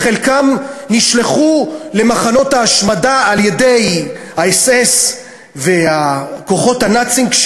וחלקם נשלחו למחנות ההשמדה על ידי האס-אס והכוחות הנאציים,